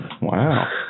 Wow